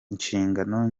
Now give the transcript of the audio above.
inshingano